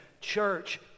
Church